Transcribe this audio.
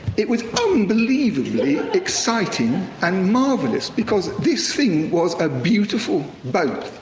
it was unbelievably exciting and marvelous. because this thing was a beautiful boat,